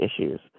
issues